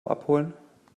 abholen